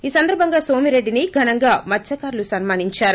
ఈ సందర్భంగా నోమిరేడ్డిని ఘనంగా మత్పకారులు సన్మానించారు